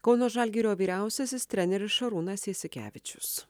kauno žalgirio vyriausiasis treneris šarūnas jasikevičius